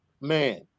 Man